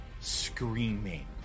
screaming